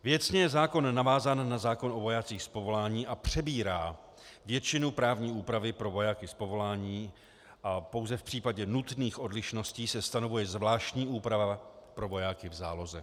Věcně je zákon navázán na zákon o vojácích z povolání a přebírá většinu právní úpravy pro vojáky z povolání a pouze v případě nutných odlišností se stanovuje zvláštní úprava pro vojáky v záloze.